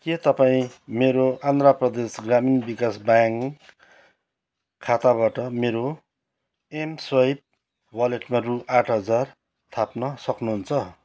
के तपाईँ मेरो आन्ध्र प्रदेश ग्रामीण विकास ब्याङ्क खाताबाट मेरो एम स्वाइप वालेटमा रु आठ हजार थप्न सक्नुहुन्छ